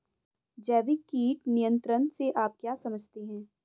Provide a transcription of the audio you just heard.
जैविक कीट नियंत्रण से आप क्या समझते हैं?